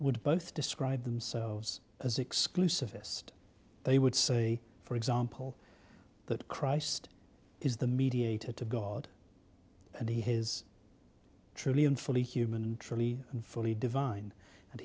would both describe themselves as exclusivist they would say for example that christ is the mediator to god and he his truly and fully human truly and fully divine and